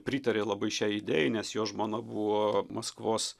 pritarė labai šiai idėjai nes jo žmona buvo maskvos